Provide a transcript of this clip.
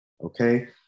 Okay